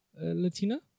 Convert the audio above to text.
Latina